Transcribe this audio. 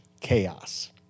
chaos